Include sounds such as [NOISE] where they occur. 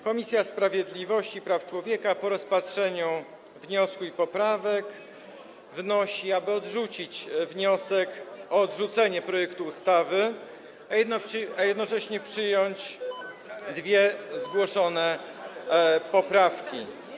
Komisja Sprawiedliwości i Praw Człowieka po rozpatrzeniu wniosku i poprawek wnosi, aby odrzucić wniosek o odrzucenie projektu ustawy, a jednocześnie przyjąć dwie [NOISE] zgłoszone poprawki.